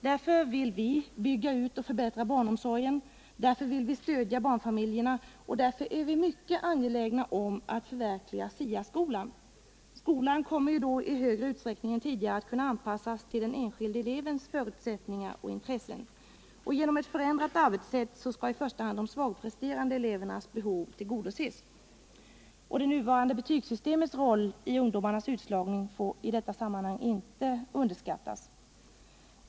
Därför vill vi bygga ut och förbättra barnomsorgen, därför vill vi stödja barnfamiljerna och därför är vi mycket angelägna om att förverkliga SIA skolan. Skolan kommer då i större utsträckning än tidigare att kunna anpassas till den enskilde elevens förutsättningar och intressen. Genom ett förändrat arbetssätt skall i första hand de svagpresterande elevernas behov tillgodoses. Det nuvarande betygssystemets roll i ungdomars utslagning får i detta sammanhang inte underskattas.